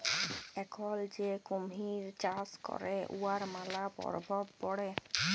এখল যে কুমহির চাষ ক্যরে উয়ার ম্যালা পরভাব পড়ে